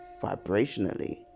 vibrationally